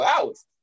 hours